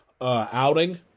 outing